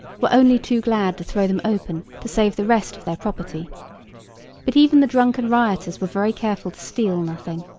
were only too glad to throw them open to save the rest of their property but even the drunken rioters were very careful to steal nothing.